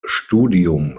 studium